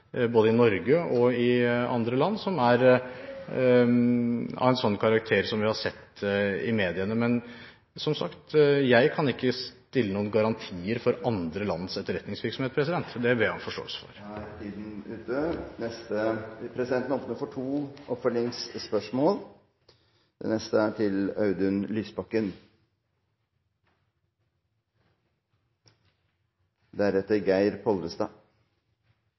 i både Norge og andre land som er av en sånn karakter som vi har sett i mediene. Men som sagt: Jeg kan ikke stille noen garantier for andre lands etterretningsvirksomhet. Det ber jeg om forståelse for. Presidenten åpner for to oppfølgingsspørsmål – først Audun Lysbakken. Da vil jeg gjerne følge opp med et spørsmål til